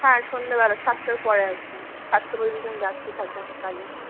হ্যাঁ সন্ধেবেলা সাতটার পরে আসবেন সাতটা পযন্ত আমি ব্যস্ত থাকবো অনেক কাজে